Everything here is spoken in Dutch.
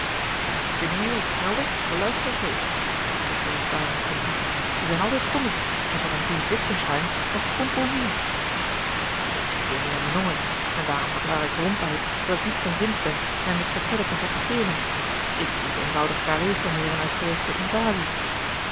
geneer je niet smilders wij luisteren gretig voegde george warens hem toe ze zijn altijd komiek en voor mijn vriend witgensteyn nog fonkelnieuw ik geneer me nooit en daarom verklaar ik ronduit dat ik niet van zins ben mij met vertellen te fatigeeren ik liet eenvoudig carré formeeren uit vrees voor invasie